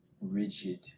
rigid